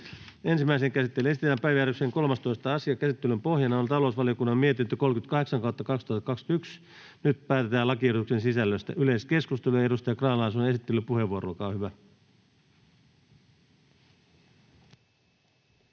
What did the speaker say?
Ensimmäiseen käsittelyyn esitellään päiväjärjestyksen 13. asia. Käsittelyn pohjana on talousvaliokunnan mietintö TaVM 38/2021 vp. Nyt päätetään lakiehdotusten sisällöstä. — Yleiskeskustelu. Edustaja Grahn-Laasonen, esittelypuheenvuoro, olkaa hyvä.